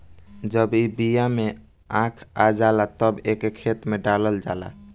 जब ई बिया में आँख आ जाला तब एके खेते में डालल जाला